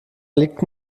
liegt